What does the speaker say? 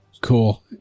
Cool